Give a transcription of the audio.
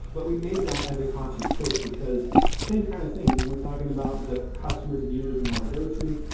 but we made that as a conscious choice, because same kind of thing. when we're talking about the customers and users we want to go to,